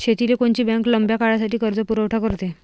शेतीले कोनची बँक लंब्या काळासाठी कर्जपुरवठा करते?